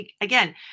Again